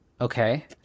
Okay